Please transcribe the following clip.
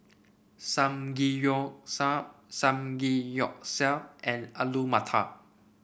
Samgeyopsal Samgeyopsal and Alu Matar